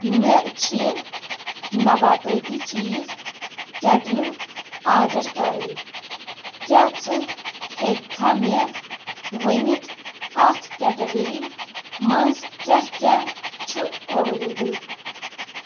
مےٚ چھِ نَباتٲتی چیٖز کٮ۪ٹلہٕ آڈَر کَرٕنۍ کیٛاہ ژٕ ہٮ۪ککھا مےٚ ؤنِتھ اَتھ کٮ۪ٹَگٔری منٛز کیٛاہ کیٛاہ چھُ اٮ۪ویلیبٕل